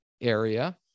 area